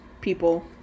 people